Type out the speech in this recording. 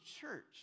church